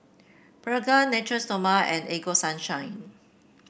Pregain Natura Stoma and Ego Sunshine